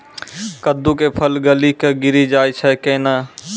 कददु के फल गली कऽ गिरी जाय छै कैने?